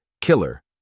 Killer